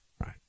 right